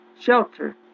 shelter